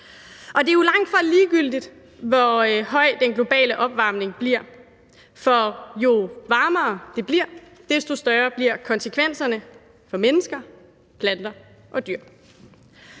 Det er jo langtfra ligegyldigt, hvor stor den globale opvarmning bliver, for jo varmere det bliver, desto større bliver konsekvenserne for mennesker, planter og dyr.